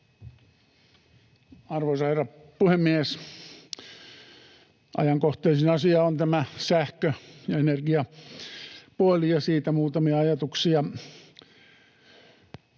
Arvoisa herra puhemies! Ajankohtaisin asia on tämä sähkö- ja energiapuoli, ja siitä muutamia ajatuksia.